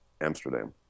Amsterdam